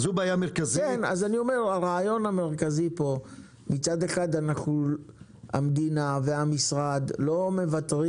הרעיון המרכזי שמצד אחד המדינה והמשרד לא מוותרים